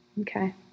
Okay